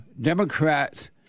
Democrats